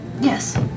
Yes